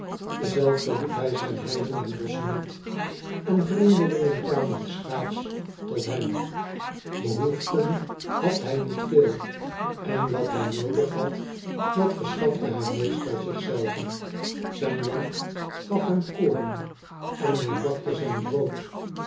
verliet hij zijn heiden en bosschen niet en vreemdelingen kwamen schaars tot hem ehoeften had hij niet veel en wat hij noodig had dat verschafte hij meestal zich zelven ijn land gaf hem koorn en hij bakte zijn brood